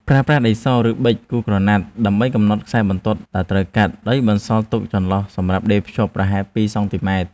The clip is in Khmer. ប្រើប្រាស់ដីស ឬប៊ិចគូសក្រណាត់ដើម្បីកំណត់ខ្សែបន្ទាត់ដែលត្រូវកាត់ ដោយបន្សល់ទុកចន្លោះសម្រាប់ដេរភ្ជាប់ប្រហែល ២ សង់ទីម៉ែត្រ។